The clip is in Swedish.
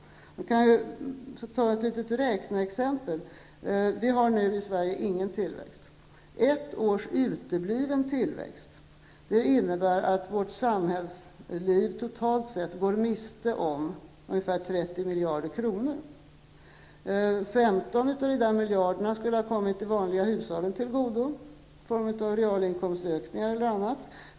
Jag kan ta ett litet räkneexempel. Vi har nu i Sverige ingen tillväxt. Ett års utebliven tillväxt innebär att vårt samhällsliv totalt sett går miste om ungefär 30 miljarder kronor. 15 av de miljarderna skulle ha kommit de vanliga hushållen till godo i form av realinkomstökningar eller annat.